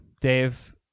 Dave